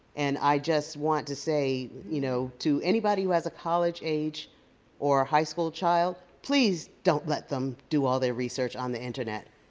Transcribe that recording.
and i just want to say you know to anybody who has a college-age or high school child, please don't let them do all their research on the internet.